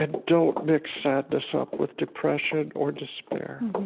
ah don't mix sadness up with depression or despair